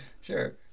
Sure